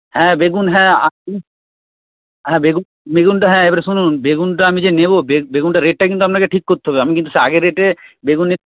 হ্যাঁ বেগুন হ্যাঁ হ্যাঁ বেগুনটা বেগুনটা এবারে শুনুন বেগুনটা আমি যে নেব বেগুনটা বেগুনটার রেটটা কিন্তু আপনাকে ঠিক করতে হবে আমি সেই আগের রেটে বেগুন নিতে